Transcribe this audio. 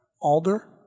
Alder